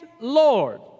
Lord